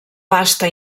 pasta